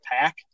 pack